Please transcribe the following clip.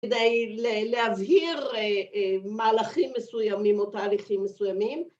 ‫כדי להבהיר מהלכים מסוימים ‫או תהליכים מסוימים.